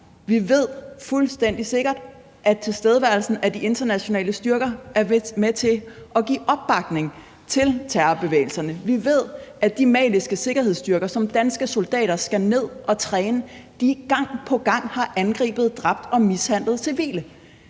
Vi ved fuldstændig sikkert, at tilstedeværelsen af de internationale styrker er med til at give opbakning til terrorbevægelserne. Vi ved, at de maliske sikkerhedsstyrker, som danske soldater skal ned at træne, gang på gang har angrebet, dræbt og mishandlet civile.